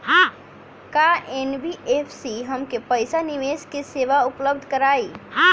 का एन.बी.एफ.सी हमके पईसा निवेश के सेवा उपलब्ध कराई?